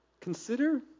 Consider